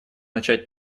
начать